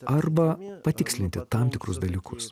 arba patikslinti tam tikrus dalykus